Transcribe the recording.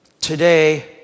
Today